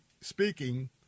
speaking